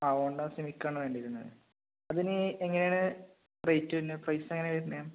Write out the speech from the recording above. ആ ഹോണ്ട സിവിക്കാണ് വേണ്ടിയിരുന്നത് അതിന് എങ്ങനെയാണ് റേറ്റ് വരുന്നത് പ്രൈസ് എങ്ങനെയാണ് വരുന്നത്